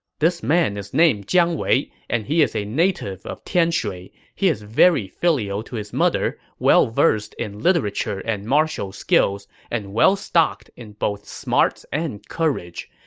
this man is named jiang wei, and he is a native of tianshui. he is very filial to his mother, well-versed in literature and martial skills, and well-stocked in both smarts and courage,